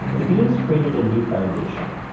the beams created a new foundation,